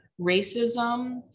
racism